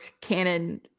canon